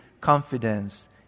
confidence